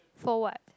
for what